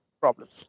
problems